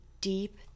deep